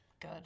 Good